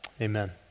amen